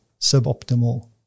suboptimal